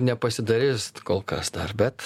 nepasidarys kol kas dar bet